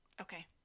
Okay